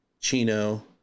Chino